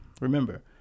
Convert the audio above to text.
Remember